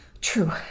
True